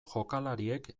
jokalariek